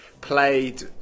played